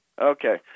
okay